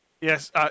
Yes